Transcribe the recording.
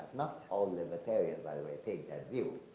not all libertarians, by the way, take that view.